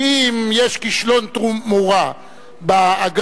שאם יש כישלון תמורה באגרה,